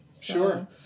sure